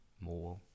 more